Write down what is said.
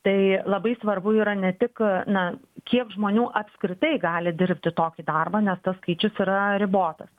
tai labai svarbu yra ne tik na kiek žmonių apskritai gali dirbti tokį darbą nes tas skaičius yra ribotas